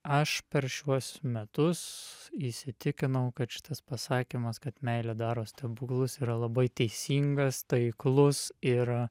aš per šiuos metus įsitikinau kad šitas pasakymas kad meilė daro stebuklus yra labai teisingas taiklus ir